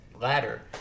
ladder